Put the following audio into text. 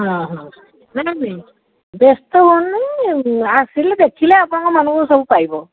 ହଁ ହଁ ନା ନାଇଁ ନାଇଁ ବ୍ୟସ୍ତ ହୁଅନ୍ତୁନି ଆସିଲେ ଦେଖିଲେ ଆପଣଙ୍କ ମନକୁ ସବୁ ପାଇବ